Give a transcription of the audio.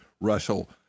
Russell